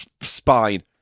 spine